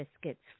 biscuits